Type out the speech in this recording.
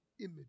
image